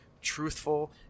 truthful